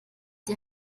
die